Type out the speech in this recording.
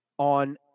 on